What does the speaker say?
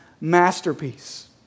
masterpiece